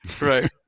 Right